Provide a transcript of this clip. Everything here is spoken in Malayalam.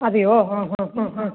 അതെയോ ആ ആ ആ ആ